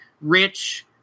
rich